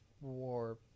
War